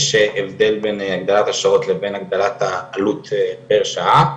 יש הבדל בין הגדלת השעות לבין הגדלת העלות פר שעה.